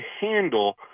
handle